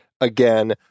again